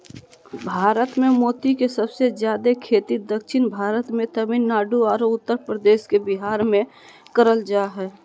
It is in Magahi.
भारत मे मोती के सबसे जादे खेती दक्षिण भारत मे तमिलनाडु आरो उत्तर भारत के बिहार मे करल जा हय